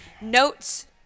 Notes